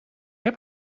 heb